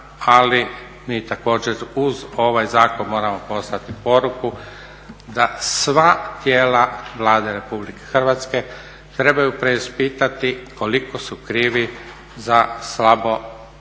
ali mi također uz ovaj zakon poslati poruku da sva tijela Vlade Republike Hrvatske trebaju preispitati koliko su krivi za slabo